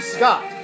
Scott